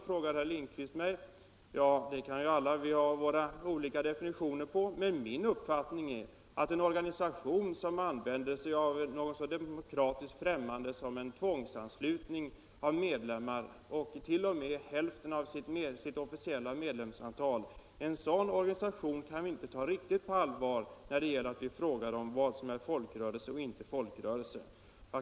frågade herr Lindqvist mig. Ja, det kan vi ju ha olika definitioner på. Min uppfattning är att en organisation som använder något så främmande för demokratin som tvångsanslutning av medlemmar - 1. 0. m. upp till hälften av sitt officiella medlemsantal — kan vi inte ta riktigt på allvar när det gäller vad som är folkrörelse och inte folkrörelse.